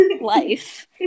life